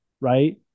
right